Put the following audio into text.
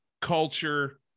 culture